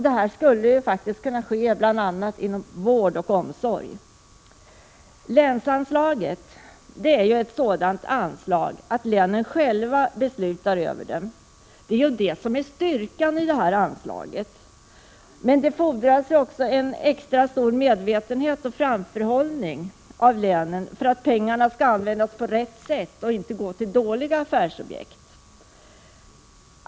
Detta skulle kunna ske bl.a. inom vård och omsorg. Länsanslaget är ett anslag som länen själva beslutar över. Det är det som är styrkan i det anslaget. Men det fordras en extra stor medvetenhet och framförhållning av länen för att pengarna skall användas på rätt sätt och inte gå till dåliga affärsprojekt.